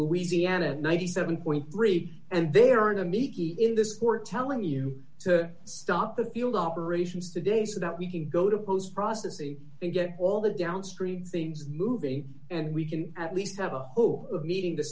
louisiana ninety seven three and there are namiki in this court telling you to stop the field operations today so that we can go to post processing to get all the downstream things movie and we can at least have a hope of meeting the